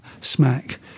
smack